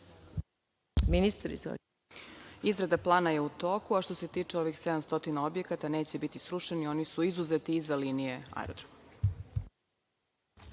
Mihajlović** Izrada plana je u toku. Što se tiče ovih 700 objekata, neće biti srušeni, oni su izuzeti iza linije aerodroma.